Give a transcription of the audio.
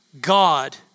God